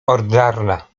ordynarna